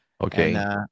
Okay